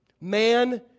Man